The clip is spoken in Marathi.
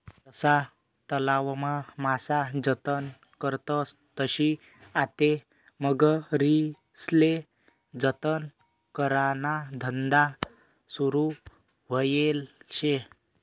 जशा तलावमा मासा जतन करतस तशी आते मगरीस्ले जतन कराना धंदा सुरू व्हयेल शे